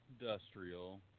Industrial